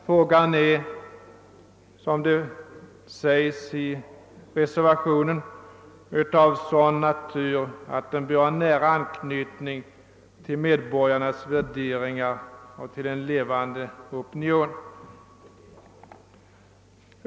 Frågan är, som det sägs i reservationen, av sådan natur att den bör ha nära anknytning till medborgarnas värderingar och till en levande opinion.